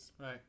Right